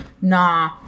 Nah